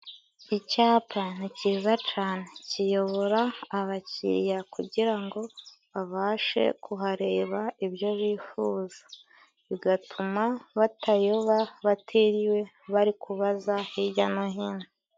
Icyapa ni cyiza cane kiyobora abakiriya kugira ngo babashe kuhareba ibyo bifuza, bigatuma batayoba batiriwe bari kubaza hirya no hino.